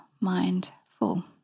Mindful